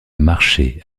marcher